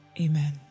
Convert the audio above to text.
Amen